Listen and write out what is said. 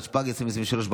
התשפ"ג 2023,